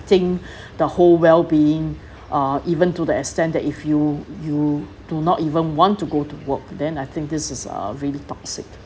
the whole well being uh even to the extent that if you you do not even want to go to work then I think this is uh really toxic